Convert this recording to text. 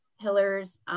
pillars